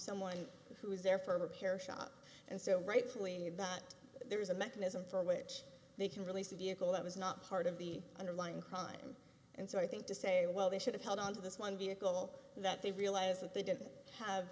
someone who was there for a repair shop and so rightfully that there is a mechanism for which they can release a vehicle that was not part of the underlying crime and so i think to say well they should have held on to this one vehicle that they realize that they didn't have